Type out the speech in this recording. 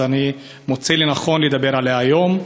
אז אני מוצא לנכון לדבר עליה היום.